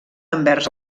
envers